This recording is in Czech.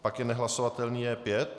Pak je nehlasovatelný J5?